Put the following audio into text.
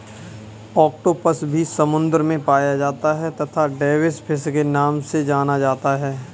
octopus भी समुद्र में पाया जाता है तथा डेविस फिश के नाम से जाना जाता है